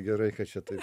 gerai kad čia taip